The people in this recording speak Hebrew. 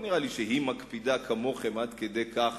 לא נראה לי שהיא מקפידה כמוכם עד כדי כך